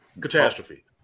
catastrophe